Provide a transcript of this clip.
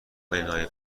منهای